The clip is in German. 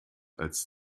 als